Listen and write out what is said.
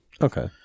Okay